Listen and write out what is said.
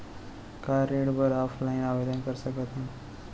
का ऋण बर ऑफलाइन आवेदन कर सकथन?